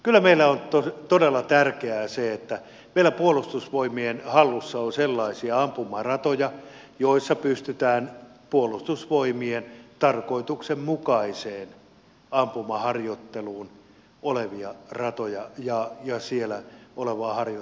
kyllä meille on todella tärkeää se että meillä puolustusvoimien hallussa on sellaisia ampumaratoja joilla pystytään puolustusvoimien tarkoituksenmukaiseen ampumaharjoitteluun olevia rotuja ja tarkoituksen mukaista ampumaharjoittelua harjoittamaan